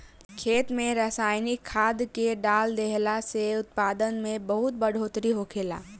खेत में रसायनिक खाद्य के डाल देहला से उत्पादन में बहुत बढ़ोतरी होखेला